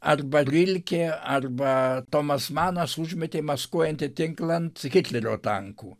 arba rilkė arba tomas manas užmetė maskuojantį tinklą ant hitlerio tankų